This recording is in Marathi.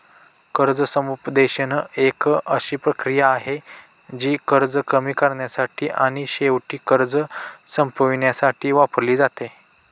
कर्ज समुपदेशन एक अशी प्रक्रिया आहे, जी कर्ज कमी करण्यासाठी आणि शेवटी कर्ज संपवण्यासाठी वापरली जाते